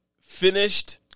finished